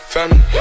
Family